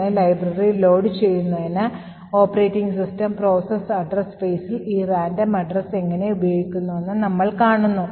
അങ്ങനെ ലൈബ്രറി ലോഡുചെയ്യുന്നതിന് operating system process address spaceൽ ഈ random address എങ്ങനെ ഉപയോഗിക്കുന്നുവെന്ന് നമ്മൾ കാണുന്നു